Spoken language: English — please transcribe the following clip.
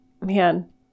man